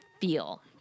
feel